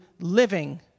living